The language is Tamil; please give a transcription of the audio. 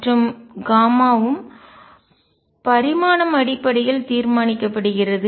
மற்றும் வும் பரிமாணம் அடிப்படையில் தீர்மானிக்கபடுகிறது